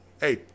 hey